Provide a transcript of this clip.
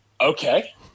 Okay